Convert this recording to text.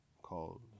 called